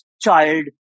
child